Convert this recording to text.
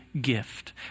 gift